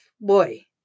boy